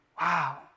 Wow